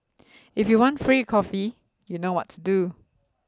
if you want free coffee you know what to do